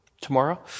tomorrow